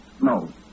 No